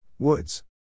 Woods